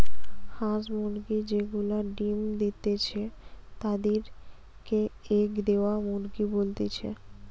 হাঁস মুরগি যে গুলা ডিম্ দিতেছে তাদির কে এগ দেওয়া মুরগি বলতিছে